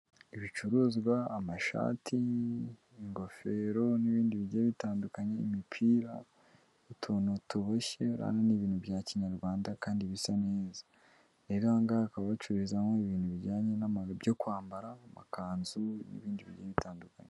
Ibicuruzwa amashati ingofero n'ibindi bigiye bitandukanye imipira utuntu tuboshye bura n'ibintu bya kinyarwanda kandi bisa neza rero aha ngaha hakaba hacururizamo ibintu bijyanye n'amabi byo kwambara amakanzu n'ibindi biryo bitandukanye.